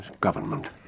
Government